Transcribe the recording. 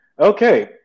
Okay